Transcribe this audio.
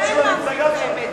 הבוס של המפלגה שלך.